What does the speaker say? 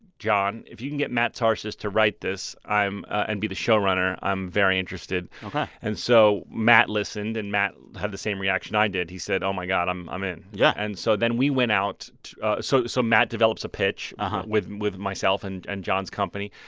john, if you can get matt tarses to write this and be the showrunner, i'm very interested ok and so matt listened. and matt had the same reaction i did. he said oh, my god, i'm i'm in. yeah and so then we went out so so matt develops a pitch with with myself and and john's company.